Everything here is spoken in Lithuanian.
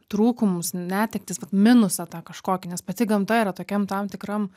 trūkumus netektis vat minusą tą kažkokį nes pati gamta yra tokiam tam tikram